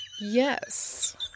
Yes